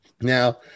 Now